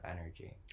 energy